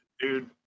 Dude